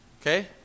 Okay